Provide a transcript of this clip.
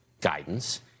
guidance